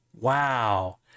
Wow